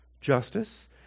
justice